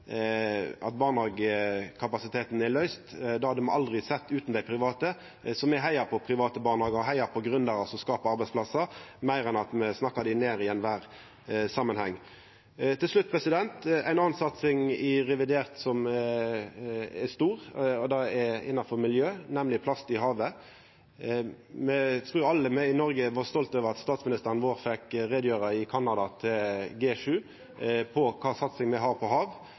barnehagekapasiteten er løyst. Det hadde me aldri sett utan dei private, så me heiar på private barnehagar og på gründerar som skapar arbeidsplassar, meir enn å snakka dei ned i kvar samanheng. Til slutt: Ei anna stor satsing i revidert, er innanfor miljø, nemleg plast i havet. Eg trur alle me i Noreg var stolte over at statsministeren vår – til G7 i Canada – fekk gjera greie for kva satsing me har på hav.